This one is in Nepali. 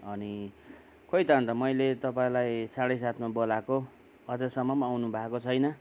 अनि खै त अन्त मैले तपाईँलाई साढे सातमा बोलाएको अझ्सम्म आउनु भएको छैन